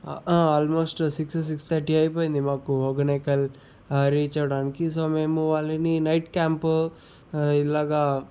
ఆ almost six six thirty అయిపోయింది మాకు హొగెనికల్ రీచ్ అవడానికి సో మేము వాళ్ళని నైట్ క్యాంపు ఇలాగ